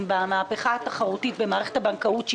במהפכה התחרותית במערכת הבנקאות,